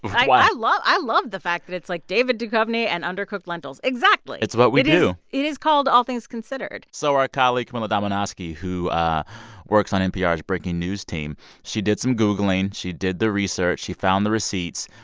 i love i love the fact that it's, like, david duchovny and undercooked lentils. exactly it's what we do it is called all things considered so our colleague, camila domonoske, yeah who works on npr's breaking news team she did some googling. she did the research. she found the receipts.